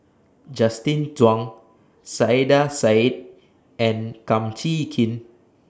Justin Zhuang Saiedah Said and Kum Chee Kin